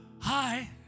Hi